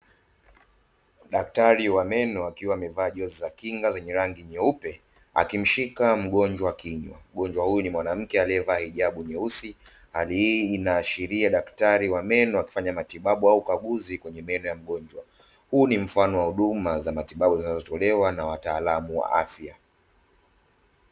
Daktari wa meno akiwa amevaa jozi za kinga za rangi nyeupe, akimshika mgonjwa kinywa mgonjwa huyu ni mwanamke aliyevaa hijabu jeusi, hali hii inaashiria daktari wa meno akifanya matibabu au ukaguzi kwenye meno ya magonjwa. Huu ni mfano wa huduma za matibabu zinazotolewa na wataalamu wa afya.